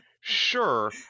sure